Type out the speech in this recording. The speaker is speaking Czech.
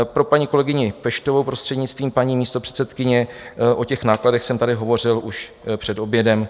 Pro paní kolegyni Peštovou, prostřednictvím paní místopředsedkyně: o těch nákladech jsem tady hovořil už před oběhem.